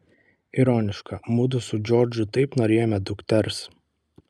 ironiška mudu su džordžu taip norėjome dukters